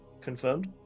Confirmed